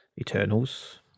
Eternals